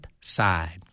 side